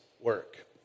work